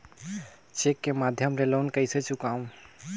Cheque के माध्यम ले लोन कइसे चुकांव?